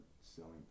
selling